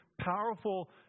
powerful